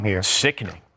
sickening